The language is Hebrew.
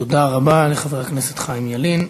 תודה רבה לחבר הכנסת חיים ילין.